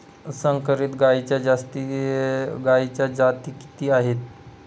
संकरित गायीच्या जाती किती आहेत?